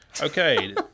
Okay